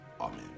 Amen